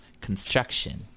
Construction